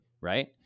right